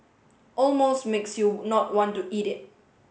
almost makes you not want to eat it